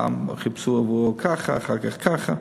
פעם חיפשו עבורו ככה, אחר כך ככה.